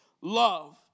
love